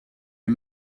est